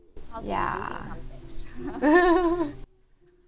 ya